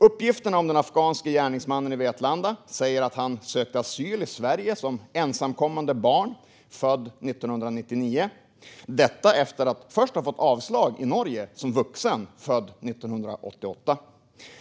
Uppgifterna om den afghanske gärningsmannen i Vetlanda visar att han sökte asyl i Sverige som ensamkommande barn, född 1999 - detta efter att först ha fått avslag i Norge som vuxen, född 1988.